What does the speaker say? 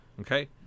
Okay